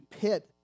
pit